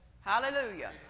Hallelujah